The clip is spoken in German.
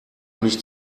nicht